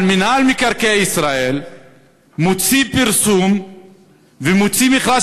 אבל מינהל מקרקעי ישראל מוציא פרסום ומוציא מכרז,